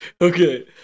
Okay